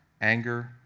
anger